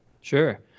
Sure